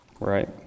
right